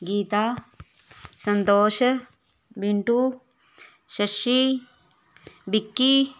Gita Santosh Mintu Shashi Vicky